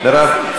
מירב?